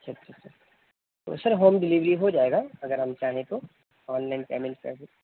اچھا اچھا sir home delivery ہو جائے گا اگر ہم چاہیں تو آنلائن پیمینٹ کر دیں